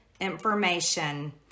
information